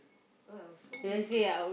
!wow! so many things